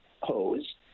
hose